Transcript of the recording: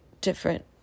different